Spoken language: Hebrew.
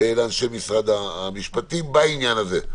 לאנשי משרד המשפטים בעניין הזה.